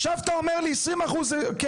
עכשיו אתה אומר לי 20% כן.